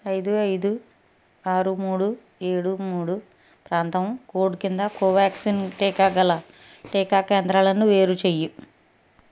ఐదు ఐదు ఆరు మూడు ఏడు మూడు ప్రాంతం కోడ్ క్రింద కోవాక్సిన్ టీకా గల టీకా కేంద్రాలను వేరుచేయి